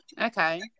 Okay